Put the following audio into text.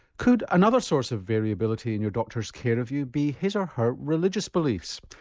could another source of variability in your doctor's care of you be his or her religious beliefs?